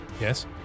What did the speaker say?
Yes